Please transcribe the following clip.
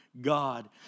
God